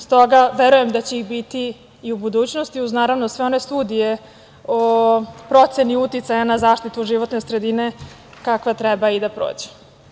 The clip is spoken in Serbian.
Stoga, verujem da će ih biti i u budućnosti, uz naravno sve one studije o proceni uticaja na zaštitu životne sredine kakva treba i da prođe.